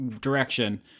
direction